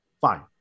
fine